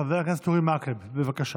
חבר הכנסת אורי מקלב, בבקשה.